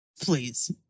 Please